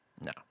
No